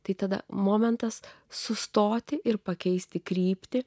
tai tada momentas sustoti ir pakeisti kryptį